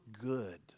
good